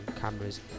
cameras